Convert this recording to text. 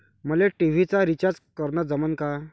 मले टी.व्ही चा रिचार्ज करन जमन का?